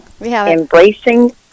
Embracing